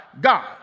God